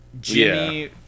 Jimmy